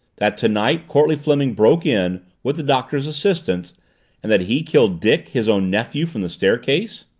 that tonight courtleigh fleming broke in, with the doctor's assistance and that he killed dick, his own nephew, from the staircase?